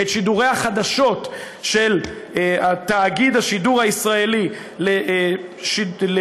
את שידורי החדשות של תאגיד השידור הישראלי לחברת